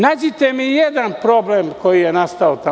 Nađite mi jedan problem koji je nastao tamo.